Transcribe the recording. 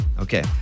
Okay